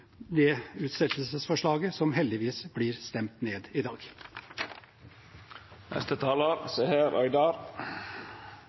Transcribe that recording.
dette utsettelsesforslaget, som heldigvis blir stemt ned i